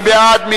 מי בעד?